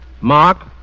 Mark